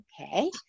Okay